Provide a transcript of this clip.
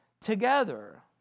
together